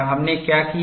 और हमने क्या किया